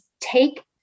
take